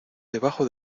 debajo